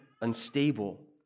unstable